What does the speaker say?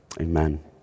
Amen